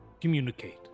Communicate